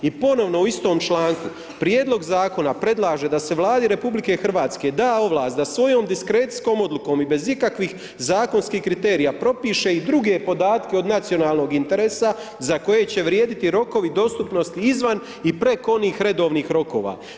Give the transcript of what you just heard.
I ponovno u istom članku „prijedlog zakona predlaže da se Vladi RH da ovlast da svojom diskrecijskom odlukom i bez ikakvih zakonskih kriterija propiše i druge podatke od nacionalnog interesa za koje će vrijediti rokovi dostupnosti izvan i preko onih redovnih rokova.